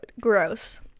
Gross